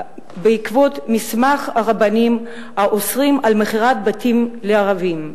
בעקבות מסמך הרבנים האוסרים מכירת בתים לערבים.